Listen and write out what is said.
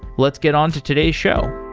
let's get on to today's show.